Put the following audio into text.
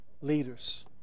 leaders